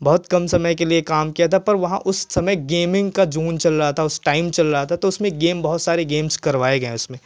बहुत कम समय के लिए काम किया था पर वहाँ उस समय गेमिंग का जोन चल रहा था टाइम चल रहा था तो उसमें गेम बहुत सारे गेम्स करवाए गए उसमें